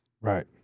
right